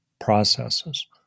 processes